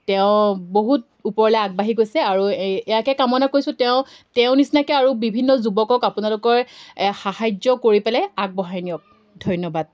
তেওঁ বহুত ওপৰলৈ আগবাঢ়ি গৈছে আৰু এই ইয়াকে কামনা কৰিছোঁ তেওঁ তেওঁৰ নিচিনাকৈ আৰু বিভিন্ন যুৱকক আপোনালোকৰ সাহাৰ্য কৰি পেলাই আগবঢ়াই নিয়ক ধন্যবাদ